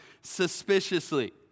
suspiciously